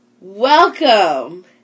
welcome